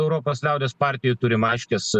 europos liaudies partijoj turim aiškias